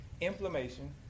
inflammation